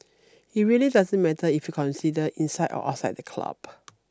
it really doesn't matter if you consider inside or outside the club